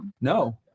No